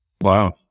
Wow